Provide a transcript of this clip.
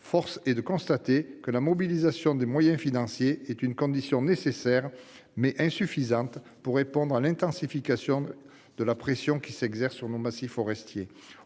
force est de constater que la mobilisation de moyens financiers est une condition nécessaire, mais insuffisante pour répondre à l'intensification de la pression qui s'exerce sur nos massifs forestiers.